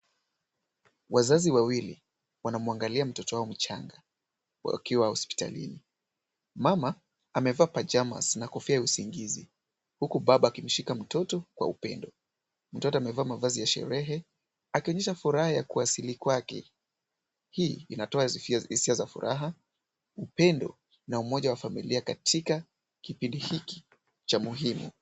Wazazi wawili wanamwangalia mtoto wao mchanga wakiwa hospitalini. Mama amevaa pajamas na kofia ya usingizi huku baba akimshika mtoto kwa upendo. Mtoto amevaa mavazi ya sherehe akionyesha furaha ya kuwasili kwake. Hii inatoa hisia za furaha, upendo na umoja wa familia katika kipindi hiki cha muhimu.